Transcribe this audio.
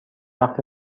وقت